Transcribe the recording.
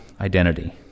identity